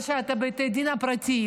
יש בתי דין פרטיים,